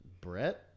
Brett